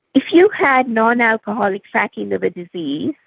if you had non-alcoholic fatty liver disease,